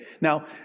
Now